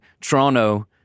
Toronto